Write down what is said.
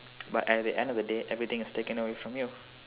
but at the end of the day everything is taken away from you